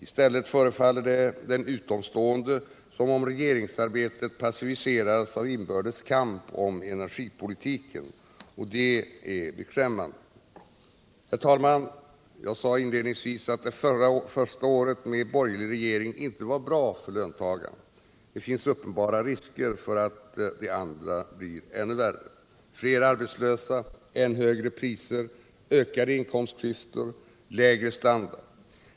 I stället förefaller det en utomstående som om regeringsarbetet passiviserades av inbördes kamp om energipolitiken, och det är beklämmande. Herr talman! Jag sade inledningsvis att det förra och första året med borgerlig regering inte var bra för löntagarna. Det finns uppenbara risker för att det andra blir ännu värre: Flera arbetslösa. Än högre priser. Ökade inkomstklyftor. Lägre standard.